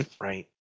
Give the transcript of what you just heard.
right